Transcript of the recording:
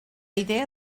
idea